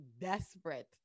desperate